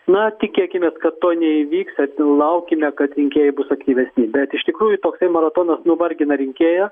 na tikėkimės kad to neįvyks tad laukiame kad rinkėjai bus aktyvesni bet iš tikrųjų toksai maratonas nuvargina rinkėją